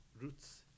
roots